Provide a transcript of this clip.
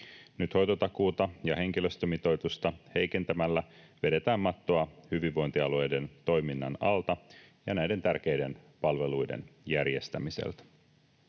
Nyt hoitotakuuta ja henkilöstömitoitusta heikentämällä vedetään mattoa hyvinvointialueiden toiminnan alta ja näiden tärkeiden palveluiden järjestämiseltä.